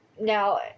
Now